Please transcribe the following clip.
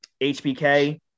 HBK